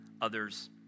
others